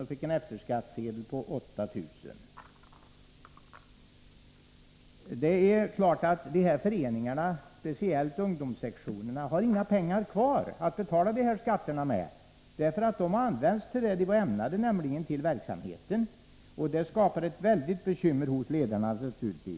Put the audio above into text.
och fick en skattsedel på 8 000 kr. Verksamhet Det är klart att de här föreningarna, speciellt ungdomssektionerna, inte har några pengar kvar att betala dessa skatter med, för pengarna har använts till det som de var avsedda för, nämligen föreningarnas verksamhet. Skatten skapar naturligtvis väldiga bekymmer för ledarna.